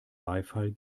beifall